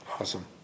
Awesome